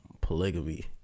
polygamy